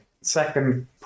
Second